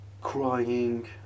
crying